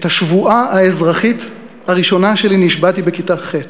את השבועה האזרחית הראשונה שלי נשבעתי בכיתה ח',